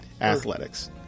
Athletics